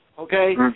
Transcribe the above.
Okay